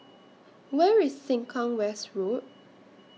Where IS Sengkang West Road